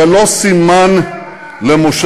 בפני ידידי ישראל מן המפלגה השמרנית אמרת,